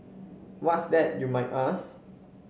what's that you might ask